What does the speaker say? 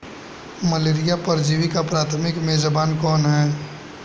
Malaria परजीवी का प्राथमिक मेजबान कौन है?